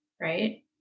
right